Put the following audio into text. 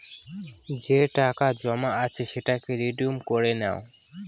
যে টাকা জমা আছে সেটাকে রিডিম করে নাও